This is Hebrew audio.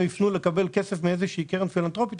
יפנו לקבל כסף מאיזושהי קרן פילנטרופית,